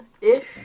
ish